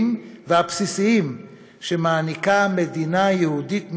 והבסיסיים שמעניקה מדינה יהודית מתוקנת,